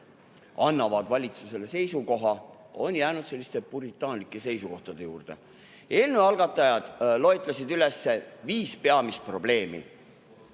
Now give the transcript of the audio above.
annavad valitsusele seisukoha, on jäänud puritaanlike seisukohtade juurde. Eelnõu algatajad loetlesid üles viis peamist probleemi.